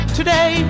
today